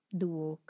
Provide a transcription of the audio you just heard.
duo